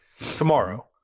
tomorrow